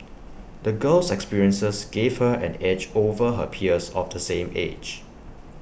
the girl's experiences gave her an edge over her peers of the same age